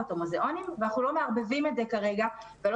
או מוזיאונים ואנחנו לא מערבבים את זה כרגע ולא